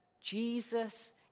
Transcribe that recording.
Jesus